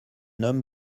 homme